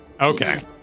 Okay